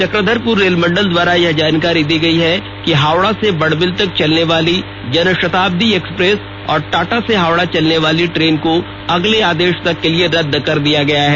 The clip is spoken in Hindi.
चक्रधरपुर रेल मंडल द्वारा यह जानकारी दी गई है कि हावड़ा से बड़बिल तक चलने वाली जनशताब्दी एक्सप्रेस और टाटा से हावड़ा चलने वाली ट्रेन को अगले आदेश तक के लिए रद्द कर दिया गया है